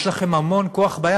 יש לכם המון כוח ביד.